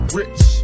rich